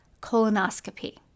colonoscopy